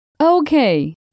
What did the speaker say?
Okay